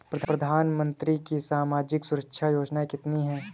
प्रधानमंत्री की सामाजिक सुरक्षा योजनाएँ कितनी हैं?